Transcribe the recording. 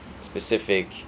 specific